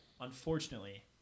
unfortunately